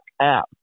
app